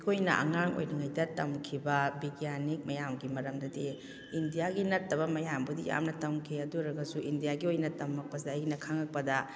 ꯑꯩꯈꯣꯏꯅ ꯑꯉꯥꯡ ꯑꯣꯏꯔꯤꯉꯩꯗ ꯇꯝꯈꯤꯕ ꯕꯤꯒ꯭ꯌꯥꯟꯅꯤꯛ ꯃꯌꯥꯝꯒꯤ ꯃꯔꯝꯗꯗꯤ ꯏꯟꯗꯤꯌꯥꯒꯤ ꯅꯠꯇꯕ ꯃꯌꯥꯝꯕꯨꯗꯤ ꯌꯥꯝꯅ ꯇꯝꯈꯤ ꯑꯗꯨ ꯑꯣꯏꯔꯒꯁꯨ ꯏꯟꯗꯤꯌꯥꯒꯤ ꯑꯣꯏꯅ ꯇꯝꯃꯛꯄꯁꯦ ꯑꯩꯅ ꯈꯪꯉꯛꯄꯗ